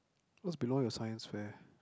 what's below your science fair